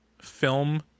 film